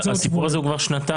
הסיפור הזה הוא כבר שנתיים.